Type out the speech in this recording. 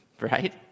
Right